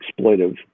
exploitive